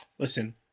Listen